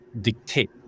dictate